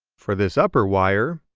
for this upper wire,